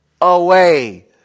away